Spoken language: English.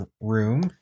room